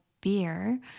beer